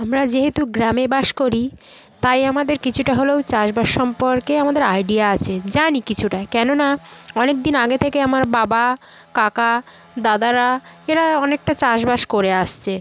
আমরা যেহেতু গ্রামে বাস করি তাই আমাদের কিছুটা হলেও চাষবাস সম্পর্কে আমাদের আইডিয়া আছে জানি কিছুটা কেননা অনেক দিন আগে থেকে আমার বাবা কাকা দাদারা এরা অনেকটা চাষবাস করে আসছে